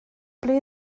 ble